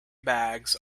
bags